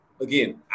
again